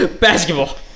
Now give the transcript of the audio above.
Basketball